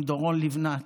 עם דורון לבנת.